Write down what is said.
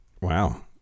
Wow